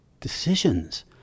decisions